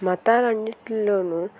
మతాలన్నిటిలోనూ